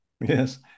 Yes